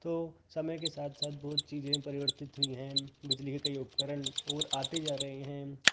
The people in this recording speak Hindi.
तो समय के साथ साथ बहुत चीज़े परिवर्तित हुई हैं बिजली के कई उपकरण और आते जा रहे हैं